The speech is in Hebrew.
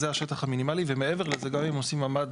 זה השטח המינימלי ומעבר לזה גם אם עושים ממ"ד